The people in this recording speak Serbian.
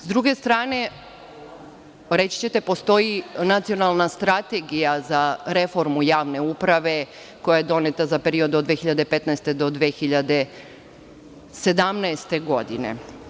Sa druge strane, reći ćete postoji nacionalna strategija za reformu javne uprave koja je doneta za period od 2015. do 2017. godine.